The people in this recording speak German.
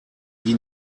die